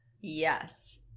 Yes